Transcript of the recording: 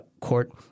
court